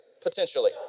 potentially